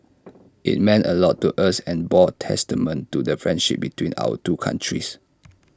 IT meant A lot to us and bore testament to the friendship between our two countries